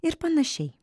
ir panašiai